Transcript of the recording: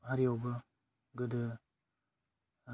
हारियावबो गोदो